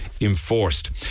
enforced